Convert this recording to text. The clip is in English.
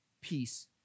peace